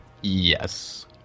Yes